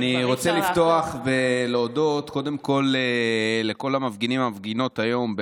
קודם כול אני רוצה לפתוח ולהודות לכל המפגינים והמפגינות היום.